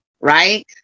right